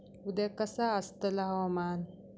उद्या कसा आसतला हवामान?